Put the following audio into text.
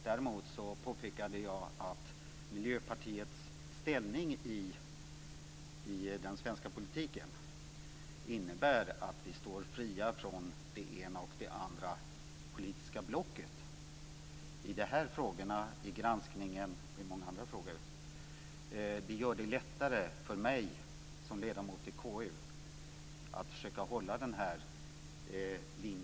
Däremot påpekade jag att Miljöpartiets ställning i den svenska politiken gör att vi står fria från det ena och det andra politiska blocket, i den här granskningen och i många andra frågor. Det gör det lättare för mig som ledamot i KU att försöka hålla linjen ren.